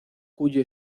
cuyo